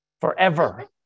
forever